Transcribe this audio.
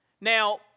Now